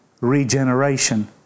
regeneration